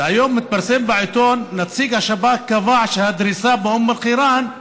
והיום מתפרסם בעיתון: נציג השב"כ קבע שהדריסה באום אל-חיראן,